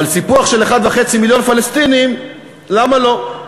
אבל לסיפוח של 1.5 מיליון פלסטינים, למה לא?